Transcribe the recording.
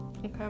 okay